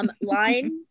Line